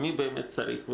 מי באמת צריך,